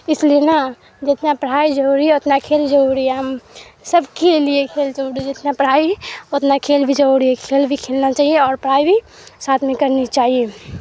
اس لیے نا جتنا پڑھائی ضروری ہے اتنا کھیل ضروری ہے ہم سب کے لیے کھیل ضروری ہے جتنا پڑھائی اتنا کھیل بھی ضروری ہے کھیل بھی کھیلنا چاہیے اور پڑھائی بھی ساتھ میں کرنی چاہیے